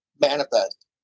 manifest